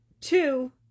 two